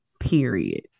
period